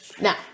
Now